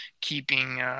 keeping –